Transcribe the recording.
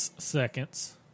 seconds